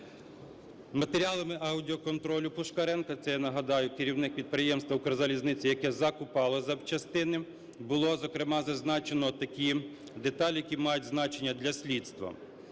Матеріалами аудіоконтролю Пушкаренка - це, я нагадаю, керівник підприємства "Укрзалізниці", яке закупало запчастини, - було, зокрема, зазначено такі деталі, які мають значення для слідства.